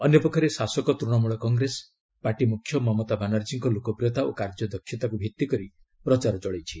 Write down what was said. ଅନ୍ୟପକ୍ଷରେ ଶାସକ ତୂଣମୂଳ କଂଗ୍ରେସ ପାର୍ଟିମୁଖ୍ୟ ମମତା ବାନାର୍ଜୀଙ୍କ ଲୋକପ୍ରିୟତା ଓ କାର୍ଯ୍ୟଦକ୍ଷତାକୁ ଭିଭିକରି ପ୍ରଚାର ଚଳେଇଛି